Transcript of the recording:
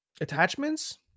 attachments